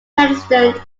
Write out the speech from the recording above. president